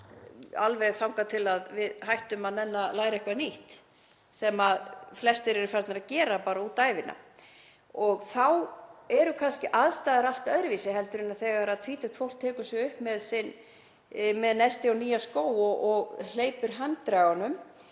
alveg þangað til að við hættum að nenna að læra eitthvað nýtt sem flestir eru farnir að gera bara út ævina. En þá eru kannski aðstæður allt öðruvísi en þegar tvítugt fólk tekur sig upp með nesti og nýja skó og hleypir heimdraganum.